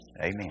Amen